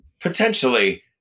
potentially